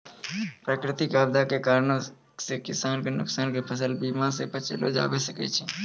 प्राकृतिक आपदा के कारणो से किसान के नुकसान के फसल बीमा से बचैलो जाबै सकै छै